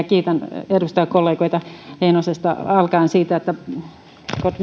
kiitän edustajakollegoita heinosesta alkaen siitä että got